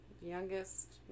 Youngest